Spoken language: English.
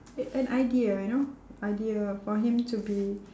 a~ an idea you know idea for him to be